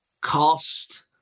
cost